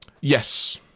yes